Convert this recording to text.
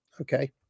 okay